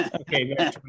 Okay